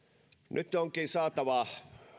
nyt onkin saatava